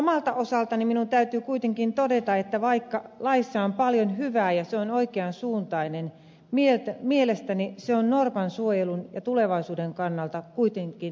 omalta osaltani minun täytyy kuitenkin todeta että vaikka laissa on paljon hyvää ja se on oikean suuntainen mielestäni se on norpan suojelun ja tulevaisuuden kannalta kuitenkin riittämätön